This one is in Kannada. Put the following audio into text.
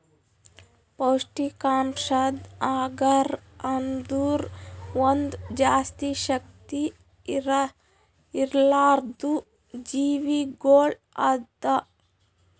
ಪೌಷ್ಠಿಕಾಂಶದ್ ಅಗರ್ ಅಂದುರ್ ಒಂದ್ ಜಾಸ್ತಿ ಶಕ್ತಿ ಇರ್ಲಾರ್ದು ಜೀವಿಗೊಳ್ ಅದಾ